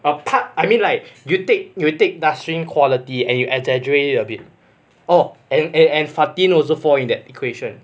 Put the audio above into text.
apart I mean like you take you take nasreen quality and you exaggerate it a bit oh fatin also fall into the equation